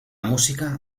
música